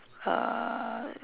uh